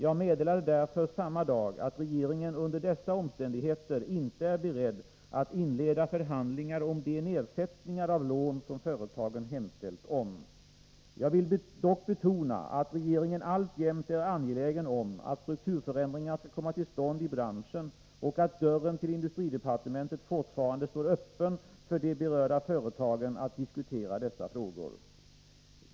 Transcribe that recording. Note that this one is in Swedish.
Jag meddelade därför samma dag att regeringen under dessa omständigheter inte är beredd att inleda förhandlingar om de nedsättningar av lån som företagen hemställt om. Jag vill dock betona att regeringen alltjämt är angelägen om att strukturförändringar skall komma till stånd i branschen och att dörren till industridepartementet fortfarande står öppen för de berörda företagen att diskutera dessa frågor.